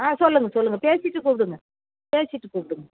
ஆ சொல்லுங்கள் சொல்லுங்கள் பேசிகிட்டு கூப்பிடுங்க பேசிகிட்டு கூப்பிடுங்க